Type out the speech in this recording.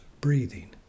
breathing